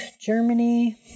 Germany